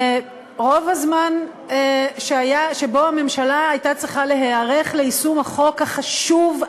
ורוב הזמן שבו הממשלה הייתה צריכה להיערך ליישום החוק החשוב,